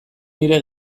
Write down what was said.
nire